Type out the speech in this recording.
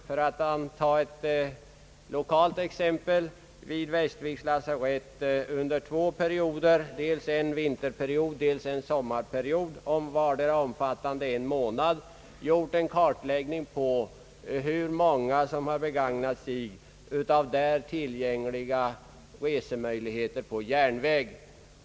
För att ta ett lokalt exempel kan jag nämna att beträffande Västerviks lasarett har gjorts en kartläggning under dels en vinterperiod, dels en sommarperiod, vardera omfattande en månad, om hur många som har begagnat sig av där tillgängliga resemöjligheter på järnväg.